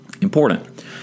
important